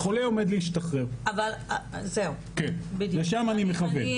חולה עומד להשתחרר לשם אני מכוון.